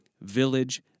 village